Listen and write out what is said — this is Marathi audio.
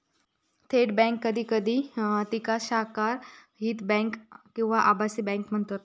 थेट बँक कधी कधी तिका शाखारहित बँक किंवा आभासी बँक म्हणतत